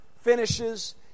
finishes